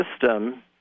system